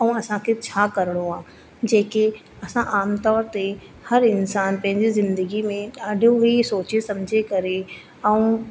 ऐं असां खे छा करिणो आहे जेके असां आमतौर ते हर इंसान पंहिंजी ज़िंदगी में ॾाढो ई सोचे सम्झे करे ऐं